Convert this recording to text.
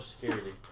security